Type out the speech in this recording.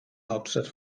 hauptstadt